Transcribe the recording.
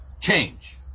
change